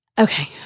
Okay